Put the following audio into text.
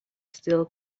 still